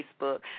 Facebook